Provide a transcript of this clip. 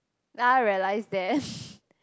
now I realised that